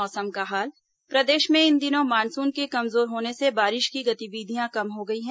मौसम प्रदेश में इन दिनों मानसून के कमजोर होने से बारिश की गतिविधियां कम हो गई हैं